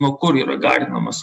nuo kur yra garinamas